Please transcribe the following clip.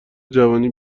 جوانی